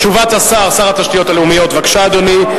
תשובת שר התשתיות הלאומיות, בבקשה, אדוני.